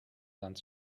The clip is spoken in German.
sand